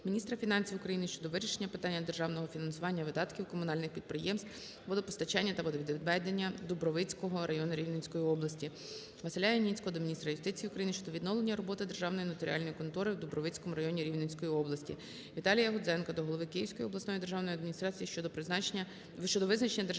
міністра фінансів України щодо вирішення питання державного фінансування видатків комунальних підприємств водопостачання та водовідведення Дубровицького району Рівненської області. Василя Яніцького до міністра юстиції України щодо відновлення роботи державної нотаріальної контори в Дубровицькому районі Рівненської області. Віталія Гудзенка до голови Київської обласної державної адміністрації щодо визначення державних інтересів